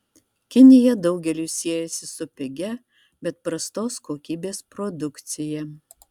kinija daugeliui siejasi su pigia bet prastos kokybės produkcija